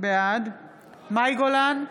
בעד מאי גולן,